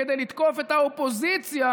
כדי לתקוף את האופוזיציה,